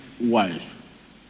wife